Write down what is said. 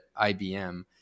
IBM